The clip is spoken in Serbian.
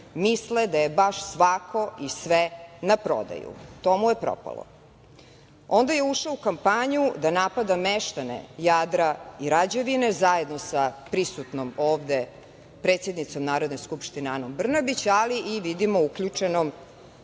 misle da je baš svako i sve na prodaju. To mu je propalo. Onda je ušao u kampanju da napada meštane Jadra i Rađevine, zajedno sa prisutnom ovde predsednicom Narodne skupštine Anom Brnabić, ali i vidimo, uključe-nom